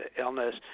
illness